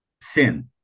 sin